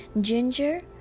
Ginger